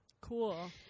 Cool